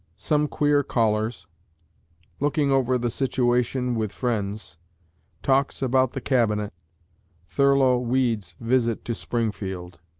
some queer callers looking over the situation with friends talks about the cabinet thurlow weed's visit to springfield